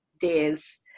days